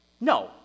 no